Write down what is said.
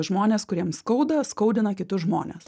žmonės kuriems skauda skaudina kitus žmones